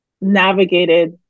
navigated